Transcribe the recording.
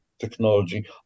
technology